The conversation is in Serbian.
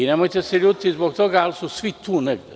Nemojte se ljutiti zbog toga, ali su svi tu negde.